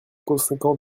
conséquent